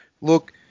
look